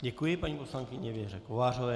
Děkuji paní poslankyni Věře Kovářové.